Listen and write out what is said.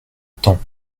temps